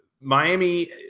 Miami